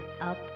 up